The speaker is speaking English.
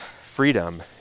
freedom